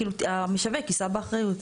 כאילו, המשווק יישא באחריות.